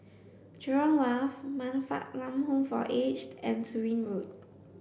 Jurong Wharf Man Fatt Lam Home for Aged and Surin Road